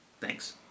Thanks